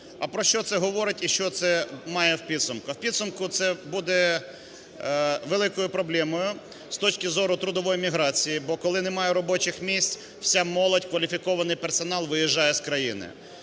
А про що це говорить і що це має в підсумку? В підсумку це буде великою проблемою з точки зору трудової міграції, бо коли немає робочих місць, вся молодь, кваліфікований персонал виїжджає з країни.